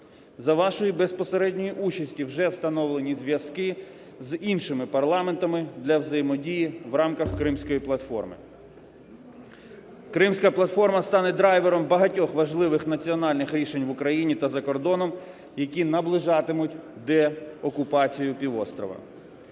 за вашою безпосередньої участі вже встановлені зв'язки з іншими парламентами для взаємодії в рамках Кримської платформи. Кримська платформа стане драйвером багатьох важливих національних рішень в Україні та закордоном, які наближатимуть деокупацію півострова.